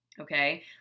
Okay